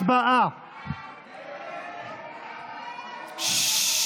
הצבעה ההצעה להעביר לוועדה את הצעת חוק מיגון עוטף עזה,